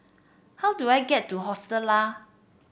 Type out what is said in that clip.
how do I get to Hostel Lah